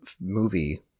movie